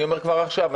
אני אומר כבר עכשיו,